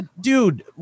Dude